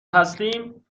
هستیم